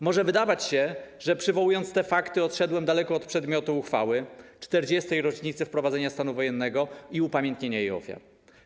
Może się wydawać, że przywołując te fakty, odszedłem daleko od przedmiotu uchwały: 40. rocznicy wprowadzenia stanu wojennego i upamiętnienia jego ofiar.